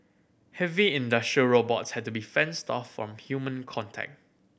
heavy industrial robots had to be fenced off from human contact